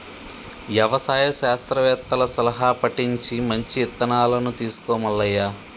యవసాయ శాస్త్రవేత్తల సలహా పటించి మంచి ఇత్తనాలను తీసుకో మల్లయ్య